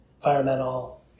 environmental